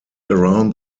around